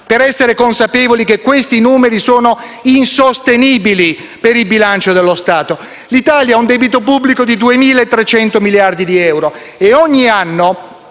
per essere consapevole che questi numeri sono insostenibili per il bilancio dello Stato. L'Italia ha un debito pubblico di 2.300 miliardi di euro. E ogni anno